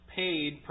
paid